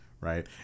Right